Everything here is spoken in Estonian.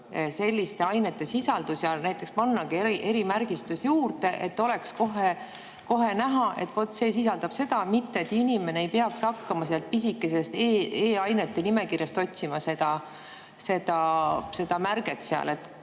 selliste ainete sisaldus? Näiteks panna juurde erimärgistus, et oleks kohe näha, et vot see sisaldab seda [ainet], et inimene ei peaks hakkama pisikesest e‑ainete nimekirjast otsima seda märget.